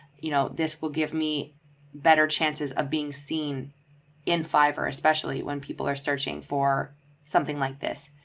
you know, this will give me better chances of being seen in fiverr, especially when people are searching for something like this.